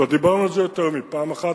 כבר דיברנו על זה יותר מפעם אחת.